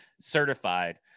certified